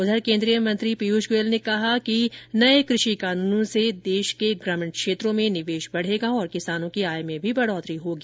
उधर केन्द्रीय मंत्री पीयूष गोयल ने कहा है कि नये कृषि कानूनों से देश के ग्रामीण क्षेत्रों में निवेश बढ़ेगा और किसानों की आय में भी वृद्धि होगी